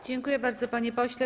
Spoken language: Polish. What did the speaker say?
Dziękuję bardzo, panie pośle.